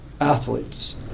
athletes